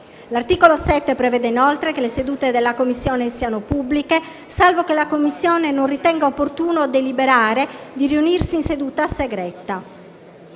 L'articolo 7 prevede, inoltre, che le sedute della Commissione siano pubbliche, salvo che la Commissione non ritenga opportuno deliberare di riunirsi in seduta segreta.